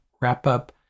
wrap-up